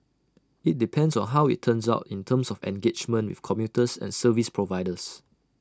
IT depends on how IT turns out in terms of engagement with commuters and service providers